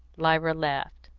lyra laughed.